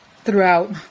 throughout